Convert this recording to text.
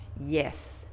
Yes